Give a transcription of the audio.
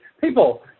people